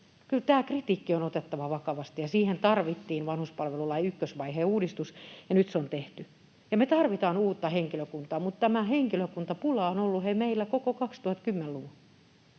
tämä kritiikki on otettava vakavasti. Siihen tarvittiin vanhuspalvelulain ykkösvaiheen uudistus, ja nyt se on tehty. Me tarvitaan uutta henkilökuntaa, mutta tämä henkilökuntapula on ollut, hei, meillä koko 2010-luvun.